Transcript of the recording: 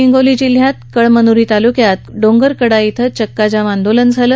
हिंगोली जिल्ह्यात कळमनुरी तालुक्यात डोंगरकडा श्वं चक्का जाम आंदोलन करण्यात आलं